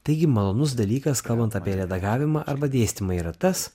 taigi malonus dalykas kalbant apie redagavimą arba dėstymą yra tas